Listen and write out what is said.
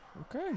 Okay